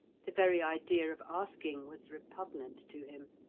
the very idea of asking was repugnant to him.